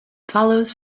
follows